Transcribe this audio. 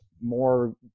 more